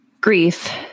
grief